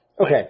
Okay